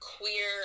queer